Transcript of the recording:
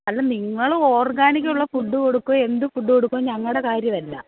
അല്ല നിങ്ങള് ഓർഗാനിക്കുള്ള ഫുഡ് കൊടുക്കുവോ എന്ത് ഫുഡ് കൊടുക്കുവോ ഞങ്ങളുടെ കാര്യമല്ല